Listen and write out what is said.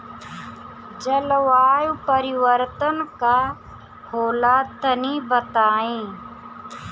जलवायु परिवर्तन का होला तनी बताई?